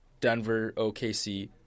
Denver-OKC